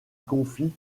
confie